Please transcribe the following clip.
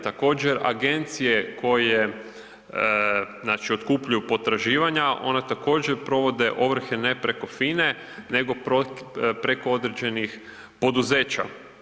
Također agencije koje otkupljuju potraživanja one također provode ovrhe ne preko FINA-e nego preko određenih poduzeća.